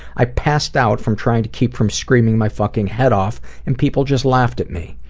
i passed out from trying to keep from screaming my fucking head off and people just laughed at me.